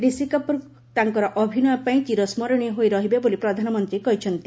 ରିଷି କପୁର ତାଙ୍କର ଅଭିନୟ ପାଇଁ ଚିରସ୍କରଣୀୟ ହୋଇ ରହିବେ ବୋଲି ପ୍ରଧାନମନ୍ତ୍ରୀ କହିଛନ୍ତି